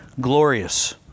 glorious